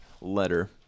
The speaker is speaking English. letter